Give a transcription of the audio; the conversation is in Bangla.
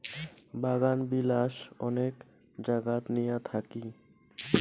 বাগানবিলাস অনেক জাগাত নিয়া থাকি